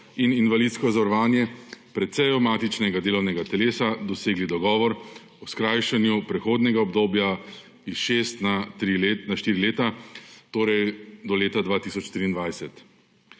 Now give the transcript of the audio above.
in invalidsko zavarovanje pred sejo matičnega delovnega telesa dosegli dogovor o skrajšanju prehodnega obdobja s šest na štiri leta, torej do leta 2023.